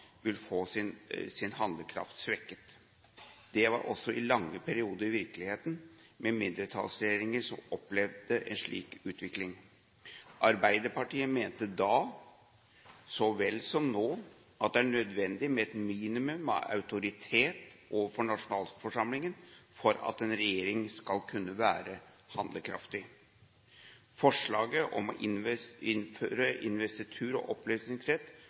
vil få sin handlekraft svekket. Det var også i lange perioder virkeligheten – med mindretallsregjeringer som opplevde en slik utvikling. Arbeiderpartiet mente da, så vel som nå, at det er nødvendig med et minimum av autoritet overfor nasjonalforsamlingen for at en regjering skal kunne være handlekraftig. Forslaget om å innføre investitur og